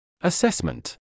Assessment